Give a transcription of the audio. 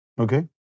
Okay